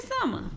summer